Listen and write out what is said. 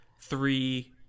three